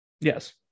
Yes